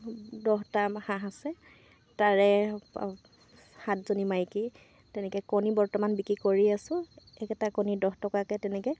দহটা হাঁহ আছে তাৰে সাতজনী মাইকী তেনেকৈ কণী বৰ্তমান বিক্ৰী কৰি আছো এটা কণী দহ টকাকৈ তেনেকৈ